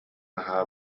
наһаа